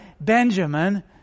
Benjamin